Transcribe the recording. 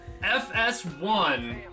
FS1